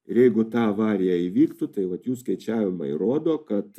ir jeigu ta avarija įvyktų tai vat jų skaičiavimai rodo kad